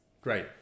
Great